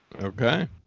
Okay